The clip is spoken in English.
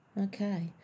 Okay